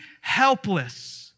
helpless